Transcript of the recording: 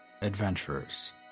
adventurers